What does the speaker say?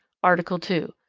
article two.